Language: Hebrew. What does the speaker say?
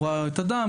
הוא ראה את הדם,